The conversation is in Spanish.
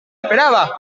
esperaba